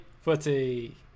Footy